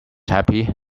happy